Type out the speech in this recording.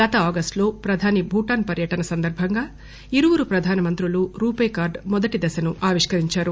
గత ఆగస్టులో ప్రధాని భూటాన్ పర్యటన సందర్భంగా ఇరువురు ప్రధానమంత్రులు రూపే కార్లు మొదటి దశను ఆవిష్కరించారు